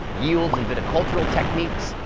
yields and viticultural techniques,